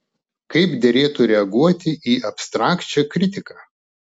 kaip derėtų reaguoti į abstrakčią kritiką